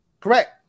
correct